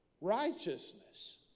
righteousness